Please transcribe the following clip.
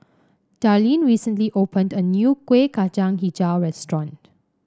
Darleen recently opened a new Kueh Kacang hijau restaurant